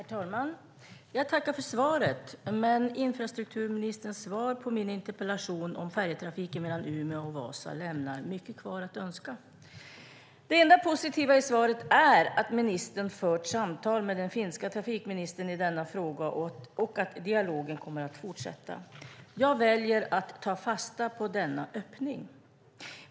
Herr talman! Jag tackar för svaret. Men infrastrukturministerns svar på min interpellation om färjetrafiken mellan Umeå och Vasa lämnar mycket övrigt att önska. Det enda positiva i svaret är att ministern har fört samtal med den finska trafikministern i denna fråga och att dialogen kommer att fortsätta. Jag väljer att ta fasta på denna öppning.